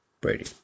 Brady